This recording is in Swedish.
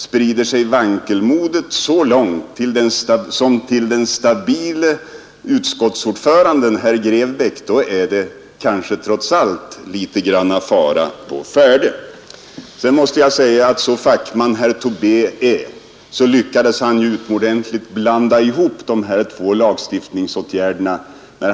Sprider sig vankelmodet så långt som till den stabile utskottsordföranden herr Grebäck är det trots allt kanske fara å färde. Så fackman herr Tobé än är lyckades han blanda ihop de två lagstiftningsåtgärderna.